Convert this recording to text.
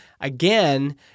again